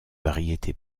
variétés